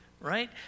right